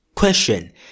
Question